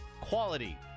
quality